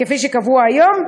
כפי שקבוע היום,